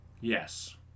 Yes